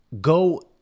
go